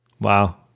wow